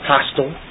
Hostile